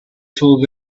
told